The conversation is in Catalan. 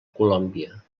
colòmbia